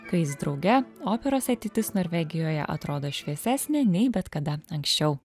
kai jis drauge operos ateitis norvegijoje atrodo šviesesnė nei bet kada anksčiau